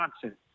Johnson